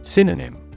Synonym